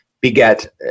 beget